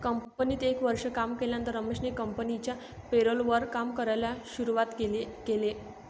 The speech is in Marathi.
कंपनीत एक वर्ष काम केल्यानंतर रमेश कंपनिच्या पेरोल वर काम करायला शुरुवात केले